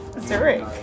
Zurich